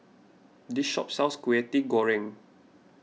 this shop sells Kwetiau Goreng